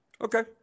Okay